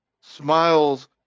smiles